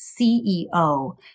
CEO